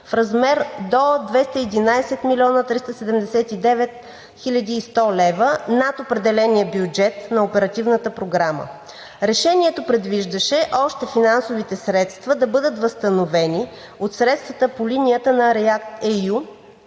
в размер до 211 млн. 379 хил. 100 лв. над определения бюджет на Оперативната програма. Решението предвиждаше още финансовите средства да бъдат възстановени от средствата по линията на REACT EU,